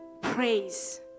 praise